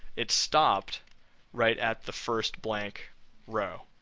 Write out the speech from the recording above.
it stopped right at the first blank row.